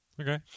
Okay